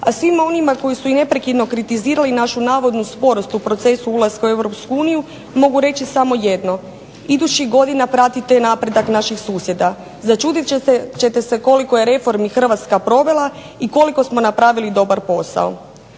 A svima onima koji su je neprekidnu kritizirali našu navodnu sporost u procesu ulaska u EU mogu reći samo jedno. Idućih godina pratite napredak naših susjeda, začudit ćete se koliko je reformi Hrvatska provela i koliko smo napravili dobar posao.